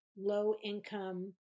low-income